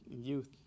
youth